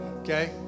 Okay